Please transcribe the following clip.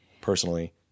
personally